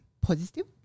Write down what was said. positive